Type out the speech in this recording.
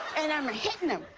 and i'm hittin' him.